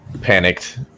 panicked